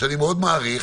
שאני מאוד מעריך,